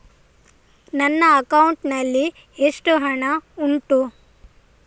ನನ್ನ ಅಕೌಂಟ್ ನಲ್ಲಿ ಎಷ್ಟು ಹಣ ಉಂಟು?